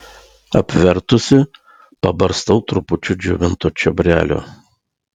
apvertusi pabarstau trupučiu džiovinto čiobrelio